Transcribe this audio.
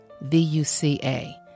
V-U-C-A